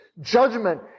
judgment